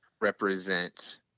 represent